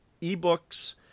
e-books